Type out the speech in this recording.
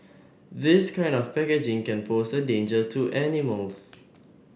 this kind of packaging can pose a danger to animals